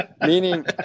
meaning